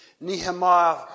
Nehemiah